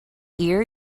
ear